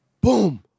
Boom